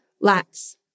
lacks